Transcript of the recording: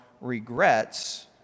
regrets